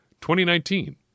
2019